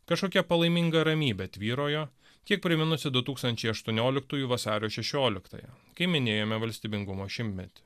kažkokia palaiminga ramybė tvyrojo kiek priminusi du tūkstančiai aštuonioliktųjų vasario šešioliktąją kai minėjome valstybingumo šimtmetį